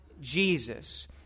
Jesus